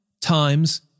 times